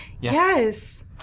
Yes